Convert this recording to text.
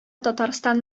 татарстан